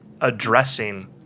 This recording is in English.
addressing